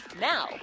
Now